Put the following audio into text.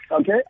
Okay